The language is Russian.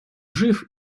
жив